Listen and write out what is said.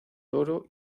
oro